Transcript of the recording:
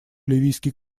ливийский